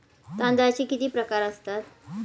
तांदळाचे किती प्रकार असतात?